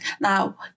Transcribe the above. Now